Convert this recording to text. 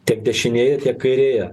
tiek dešinėje tiek kairėje